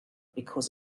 because